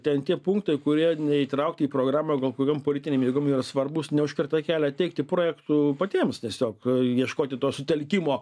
ten tie punktai kurie neįtraukti į programą gal kokiom politinėm jėgom yra svarbūs neužkerta kelią teikti projektų patiems tiesiog ieškoti to sutelkimo